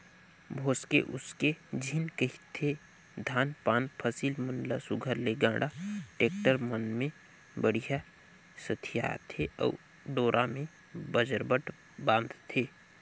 भोसके उसके झिन कहिके धान पान फसिल मन ल सुग्घर ले गाड़ा, टेक्टर मन मे बड़िहा सथियाथे अउ डोरा मे बजरबट बांधथे